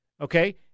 okay